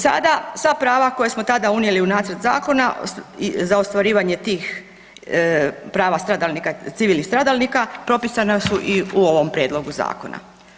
Sada sva prava koja smo tada unijeli u Nacrt zakona za ostvarivanje tih prava stradalnika, civilnih stradalnika propisana su i u ovom prijedlogu zakona.